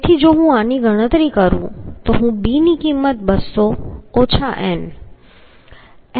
તેથી જો હું આની ગણતરી કરું તો જો હું b ની કિંમત 200 ઓછા n